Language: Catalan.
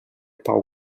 pau